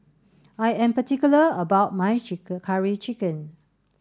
I am particular about my curry chicken